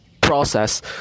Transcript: process